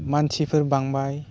मानसिफोर बांबाय